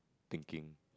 thinking